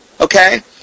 okay